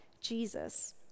Jesus